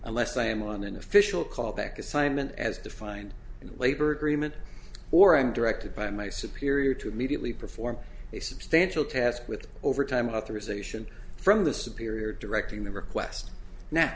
unless i am on an official callback assignment as defined in the labor agreement or i'm directed by my superior to immediately perform a substantial task with overtime authorization from the superior directing the request n